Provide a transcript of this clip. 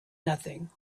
nothing